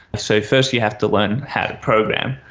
so first you have to learn how to program.